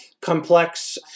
complex-